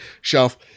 shelf